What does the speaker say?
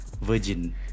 Virgin